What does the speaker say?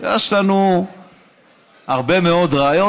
יש לנו הרבה מאוד ראיות,